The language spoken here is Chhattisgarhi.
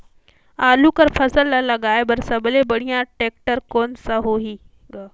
आलू कर फसल ल लगाय बर सबले बढ़िया टेक्टर कोन सा होही ग?